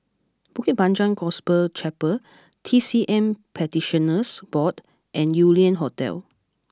Bukit Panjang Gospel Chapel T C M Practitioners Board and Yew Lian Hotel